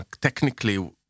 technically